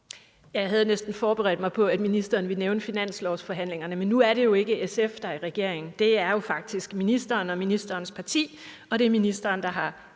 Jeg havde næsten forberedt mig på, at ministeren ville nævne finanslovsforhandlingerne. Men nu er det jo ikke SF, der er i regering. Det er faktisk ministeren og ministerens parti, og det er ministeren, der har